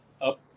Up